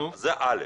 זה א'.